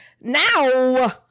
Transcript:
Now